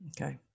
Okay